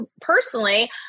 personally